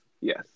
Yes